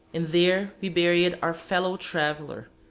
and there we buried our fellow-traveler,